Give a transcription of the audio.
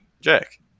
Jack